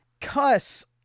cuss